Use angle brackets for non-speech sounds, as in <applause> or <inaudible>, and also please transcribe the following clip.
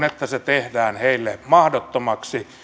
<unintelligible> että se tehdään heille mahdottomaksi